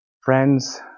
friends